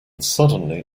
suddenly